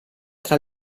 tra